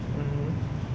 mmhmm